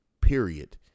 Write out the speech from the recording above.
period